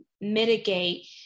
mitigate